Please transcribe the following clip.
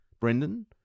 Brendan